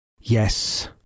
Yes